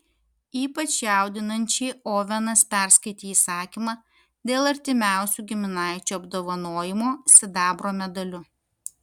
ypač jaudinančiai ovenas perskaitė įsakymą dėl artimiausių giminaičių apdovanojimo sidabro medaliu